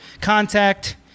contact